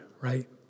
right